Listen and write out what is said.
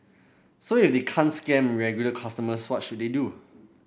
so if they can't scam regular consumers what should they do